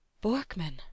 borkman